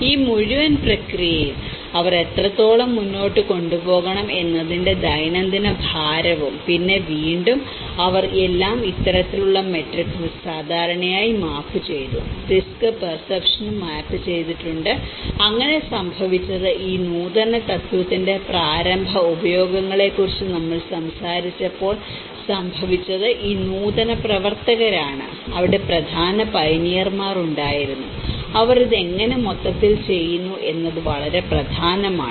ഈ മുഴുവൻ പ്രക്രിയയും അവർ എത്രത്തോളം മുന്നോട്ട് കൊണ്ടുപോകണം എന്നതിന്റെ ദൈനംദിന ഭാരവും പിന്നെ വീണ്ടും അവർ എല്ലാം ഇത്തരത്തിലുള്ള മാട്രിക്സിൽ ധാരണയിൽ മാപ്പ് ചെയ്തു റിസ്ക് പെർസെപ്ഷനും മാപ്പ് ചെയ്തിട്ടുണ്ട് അങ്ങനെ സംഭവിച്ചത് ഈ നൂതനത്വത്തിന്റെ പ്രാരംഭ ഉപയോഗങ്ങളെക്കുറിച്ച് നമ്മൾ സംസാരിച്ചപ്പോൾ സംഭവിച്ചത് ഈ നൂതന പ്രവർത്തകരാണ് അവിടെ ഒരു പ്രധാന പയനിയർ ഉണ്ടായിരുന്നു അവർ ഇത് എങ്ങനെ മൊത്തത്തിൽ ചെയ്യുന്നു എന്നത് വളരെ പ്രധാനമാണ്